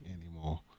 anymore